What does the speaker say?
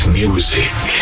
music